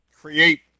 create